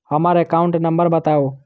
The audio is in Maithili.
हम्मर एकाउंट नंबर बताऊ?